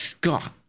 God